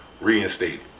reinstated